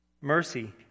mercy